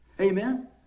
Amen